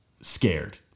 Scared